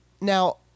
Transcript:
Now